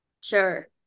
Sure